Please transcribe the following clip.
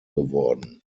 geworden